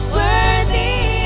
worthy